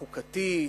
החוקתית,